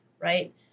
Right